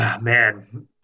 Man